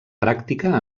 pràctica